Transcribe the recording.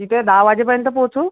तिथे दहा वाजेपर्यंत पोचू